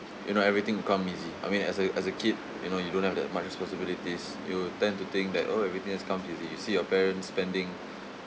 you know everything come easy I mean as a as a kid you know you don't have that much responsibilities you tend to think that oh everything has come easy you see your parents spending